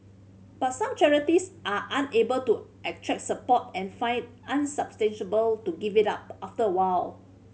but some charities are unable to attract support and find unsustainable to give it up after a while